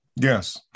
Yes